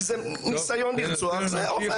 כי זה ניסיון לרצוח וזה עובר.